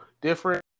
different